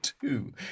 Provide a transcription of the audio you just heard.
two